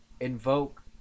invoke